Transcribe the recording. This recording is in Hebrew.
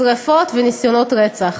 שרפות וניסיונות רצח.